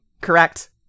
correct